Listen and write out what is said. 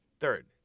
Third